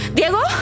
Diego